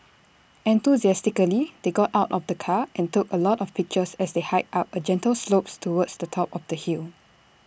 enthusiastically they got out of the car and took A lot of pictures as they hiked up A gentle slope towards the top of the hill